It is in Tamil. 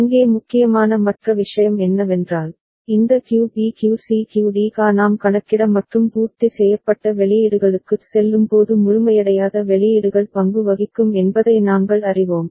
இங்கே முக்கியமான மற்ற விஷயம் என்னவென்றால் இந்த QB QC QD QA நாம் கணக்கிட மற்றும் பூர்த்தி செய்யப்பட்ட வெளியீடுகளுக்குச் செல்லும்போது முழுமையடையாத வெளியீடுகள் பங்கு வகிக்கும் என்பதை நாங்கள் அறிவோம்